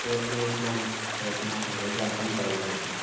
ये ये इतना इतना तो बहुत कम पड़ गया ये तो